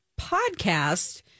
podcast